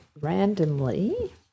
randomly